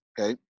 okay